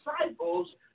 disciples